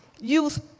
youth